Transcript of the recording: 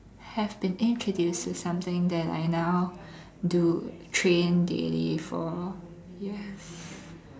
have been introduce to something that I now do train daily for yes